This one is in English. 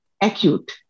acute